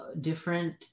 different